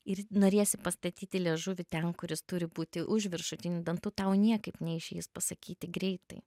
ir norėsi pastatyti liežuvį ten kur jis turi būti už viršutinių dantų tau niekaip neišeis pasakyti greitai